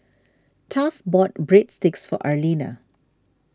Taft bought Breadsticks for Arlena